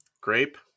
Grape